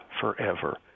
forever